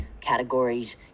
categories